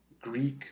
Greek